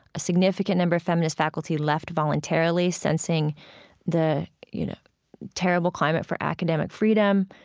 a significant number of feminist faculty left voluntarily sensing the you know terrible climate for academic freedom,